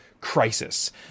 crisis